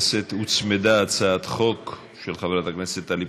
הוצמדה הצעת חוק של חברת הכנסת טלי פלוסקוב.